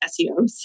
SEOs